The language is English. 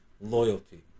loyalty